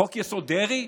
חוק-יסוד: דרעי?